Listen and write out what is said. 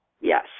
Yes